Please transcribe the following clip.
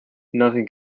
nothing